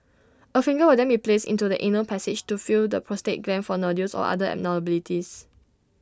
A finger will then be placed into the anal passage to feel the prostate gland for nodules or other abnormalities